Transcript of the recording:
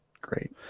great